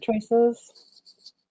choices